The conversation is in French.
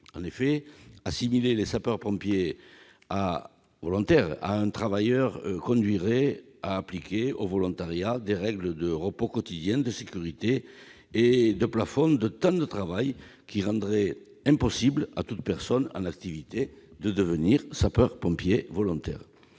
En effet, assimiler les sapeurs-pompiers volontaires à des travailleurs conduirait à appliquer au volontariat des règles de repos quotidien de sécurité et de plafond de temps de travail qui rendraient impossible à toute personne en activité de devenir sapeur-pompier volontaire.